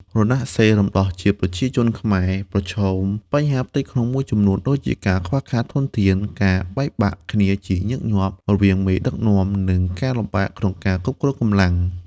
រណសិរ្សរំដោះជាតិប្រជាជនខ្មែរ ប្រឈមបញ្ហាផ្ទៃក្នុងមួយចំនួនដូចជាការខ្វះខាតធនធាន ការបែកបាក់គ្នាជាញឹកញាប់រវាងមេដឹកនាំ និងការលំបាកក្នុងការគ្រប់គ្រងកម្លាំង។